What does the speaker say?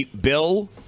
Bill